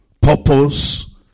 purpose